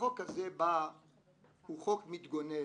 החוק הזה הוא חוק מתגונן.